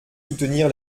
soutenir